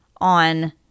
on